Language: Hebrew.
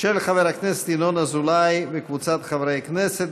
של חבר הכנסת ינון אזולאי וקבוצת חברי הכנסת.